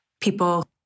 people